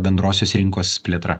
bendrosios rinkos plėtra